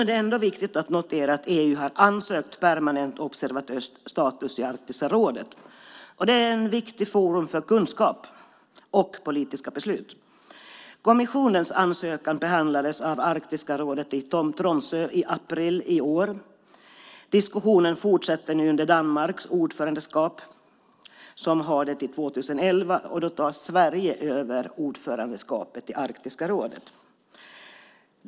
Det är ändå viktigt att notera att EU har ansökt om permanent observatörsstatus i Arktisrådet. Det är ett viktigt forum för kunskap och politiska beslut. Kommissionens ansökan behandlades av Arktiska rådet i Tromsö i april i år. Diskussionen fortsätter nu under Danmarks ordförandeskap fram till och med 2011, då Sverige tar över ordförandeskapet i Arktiska rådet.